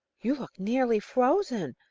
you look nearly frozen,